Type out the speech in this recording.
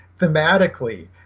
thematically